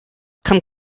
come